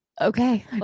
okay